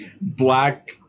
black